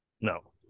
No